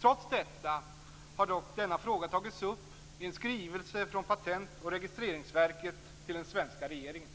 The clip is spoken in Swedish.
Trots detta har denna fråga tagits upp i en skrivelse från Patent och registreringsverket till den svenska regeringen.